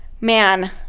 man